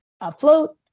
afloat